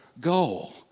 goal